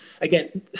again